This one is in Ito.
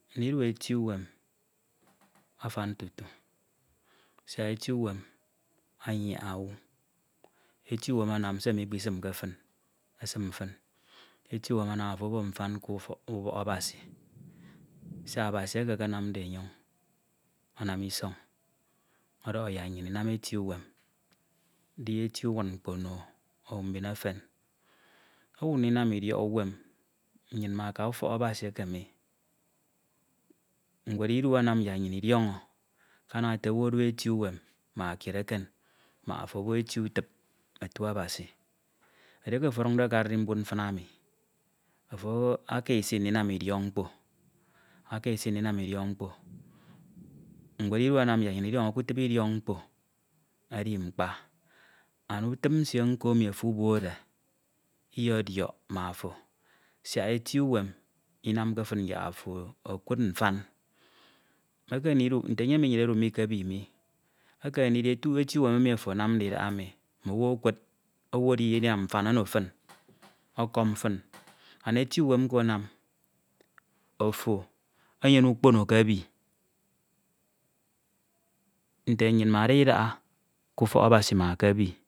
Ndidi eti uwen afan tutu, siak eti uwem anyaña owu, eti uwen anam se mikpisimke fin esin, eti uwen anam afo obo mfan k’yfọk ubọk Abasi, siak Abasi eke akanamde enyon̄ anam isọñ ọdọhọd yak nnyin edu eti uwem. Di eti uwud mkpo no mbin efen, nnyin mmaka ufọk Abasi eke mi, ñwed idu anam yak nnyin idiọñọ ke ana ete owu odu eti uwem ma kied eken mak ofo obo eti utip otu Abasi. Edieke ofo ọduñde ke arimbud mfin emi, afo akisi ndinam idiɔk mkpo, ñwed idu anam yak nnyin idiọñọ k’utip idiọk mkpo edi mkpa, andutip nsie emi nko ofo ubode, iyediọk ma ofo siak eti uwem inamke fin yak ofo ekud mfan. Mekeme ndikud nte nnyin emi idude ke ebi mi ekeme ndidi otu eti uwen emi afo anande idahaemi mm’owu okud, owu edinam mfan ono fin, ọkọm fin, andeti uwem nko anam ofo enyene ukpono ke ebi nte nny mme ada idaha k’ufọk Abasi ma ke ebi.